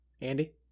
Andy